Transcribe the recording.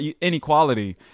inequality